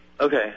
Okay